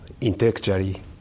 intellectually